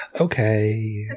Okay